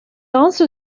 also